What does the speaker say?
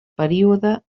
període